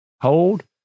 hold